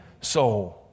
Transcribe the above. soul